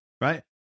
right